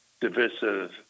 divisive